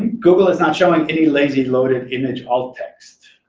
google is not showing any lazy loaded image alt text.